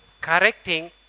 correcting